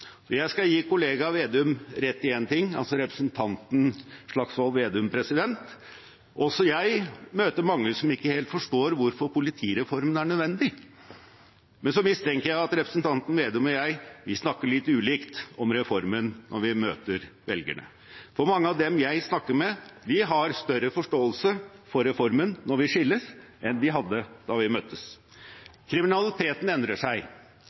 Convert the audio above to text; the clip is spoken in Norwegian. riktige. Jeg skal gi kollega Vedum rett i én ting, altså representanten Slagsvold Vedum: Også jeg møter mange som ikke helt forstår hvorfor politireformen er nødvendig. Men så mistenker jeg at representanten Slagsvold Vedum og jeg snakker litt ulikt om reformen når vi møter velgerne, for mange av dem jeg snakker med, har større forståelse for reformen når vi skilles, enn de hadde da vi møttes. Kriminaliteten endrer seg